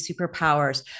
superpowers